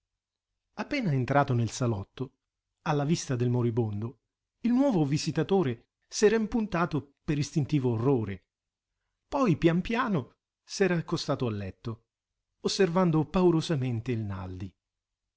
appena entrato nel salotto alla vista del moribondo il nuovo visitatore s'era impuntato per istintivo orrore poi pian piano s'era accostato al letto osservando paurosamente il naldi